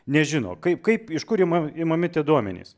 nežino kaip kaip iš kur ima imami tie duomenys